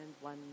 one